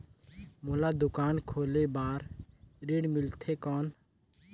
मोला दुकान खोले बार ऋण मिलथे कौन?